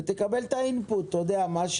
תקבל מהם מידע.